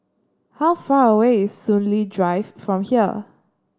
how far away is Soon Lee Drive from here